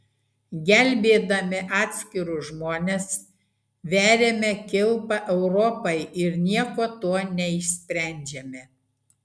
gelbėdami atskirus žmones veriame kilpą europai ir nieko tuo neišsprendžiame